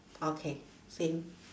okay same